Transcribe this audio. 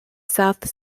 south